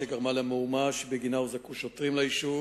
שגרמה למהומה שבגינה הוזעקו שוטרים ליישוב